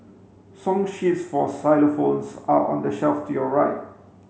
song sheets for xylophones are on the shelf to your right